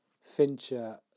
Fincher